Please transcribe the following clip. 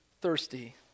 thirsty